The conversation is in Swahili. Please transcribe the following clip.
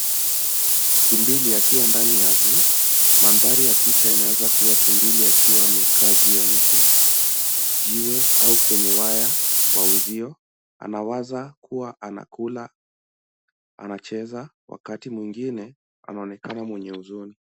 Tumbili akiwa ndani ya zoo . Mandhari ya picha inaweza kuwa tumbili akiwa amekaa juu ya mti, jiwe au kwenye waya wa uzio. Anawaza kuwa anakula, anacheza, wakati mwingine, anaonekana mwenye huzuni.